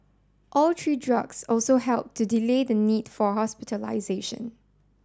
all three drugs also helped to delay the need for hospitalisation